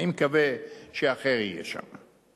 אני מקווה שאחר יהיה שם.